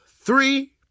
three